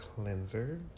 cleanser